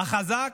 החזק,